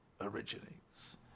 originates